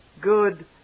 good